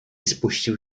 spuścił